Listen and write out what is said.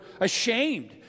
ashamed